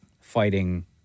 Fighting